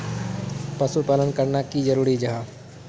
पशुपालन करना की जरूरी जाहा?